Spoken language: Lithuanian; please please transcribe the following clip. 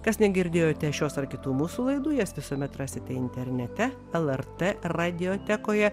kas negirdėjote šios ar kitų mūsų laidų jas visuomet rasite internete lrt radiotekoje